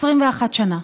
21 שנה.